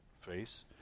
face